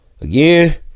again